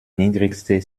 niedrigste